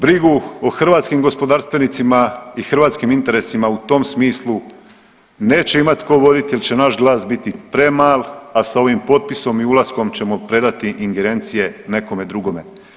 Brigu o hrvatskim gospodarstvenicima i hrvatskim interesima u tom smislu neće imati tko voditi jer će naš glas biti premal, a sa ovim potpisom i ulaskom ćemo predati ingerencije nekome drugome.